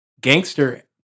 gangster